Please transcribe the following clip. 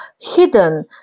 hidden